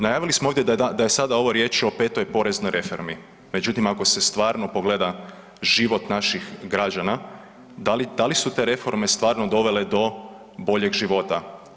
Najavili smo ovdje da je sada ovo riječ o 5. poreznoj reformi, međutim, ako se stvarno pogleda život naših građana, da li su te reforme stvarno dovele do boljeg života?